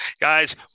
Guys